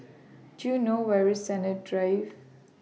Do YOU know Where IS Sennett Drive